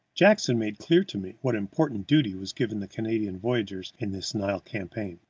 jackson made clear to me what important duty was given the canadian voyageurs in this nile campaign.